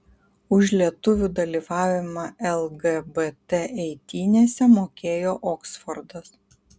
už lietuvių dalyvavimą lgbt eitynėse mokėjo oksfordas